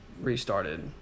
restarted